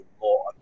more